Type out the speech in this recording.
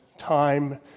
Time